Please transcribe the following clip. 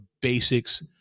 basics